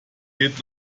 geht